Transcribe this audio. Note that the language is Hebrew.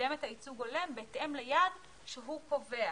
לקדם את הייצוג הולם בהתאם ליעד שהוא קובע.